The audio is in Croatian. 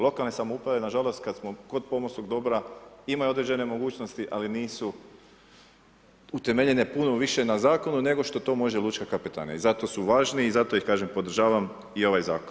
Lokalne samouprave nažalost kad smo kod pomorskog dobra, imaju određene mogućnosti ali nisu utemeljene puno više na zakonu nego što to može lučka kapetanija, zato su važne i zato ih kažem, podržavam, i ovaj zakon.